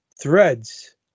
Threads